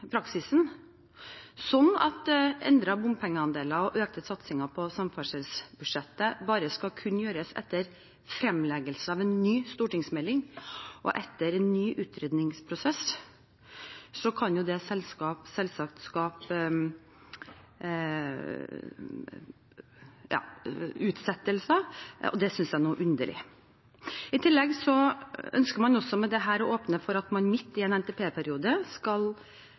praksisen sånn at endrede bompengeandeler og økte satsinger på samferdselsbudsjettet bare skal kunne gjøres etter fremleggelse av en ny stortingsmelding og etter en ny utredningsprosess, kan det selvsagt skape utsettelser. Det synes jeg er noe underlig. I tillegg ønsker man med dette også å åpne for at man midt i en NTP-periode skal